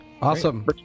Awesome